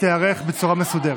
תיערך בצורה מסודרת.